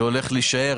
שהולך להישאר,